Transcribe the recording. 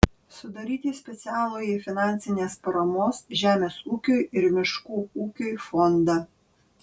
sudaryti specialųjį finansinės paramos žemės ūkiui ir miškų ūkiui fondą